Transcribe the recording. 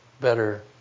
better